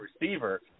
receiver